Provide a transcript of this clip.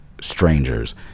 strangers